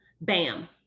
bam